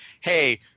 hey